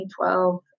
2012